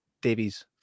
davies